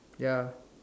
ya